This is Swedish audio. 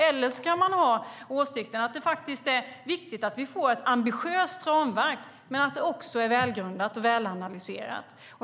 Man kan även ha åsikten att det är viktigt att vi får ett ambitiöst ramverk som också är välgrundat och välanalyserat.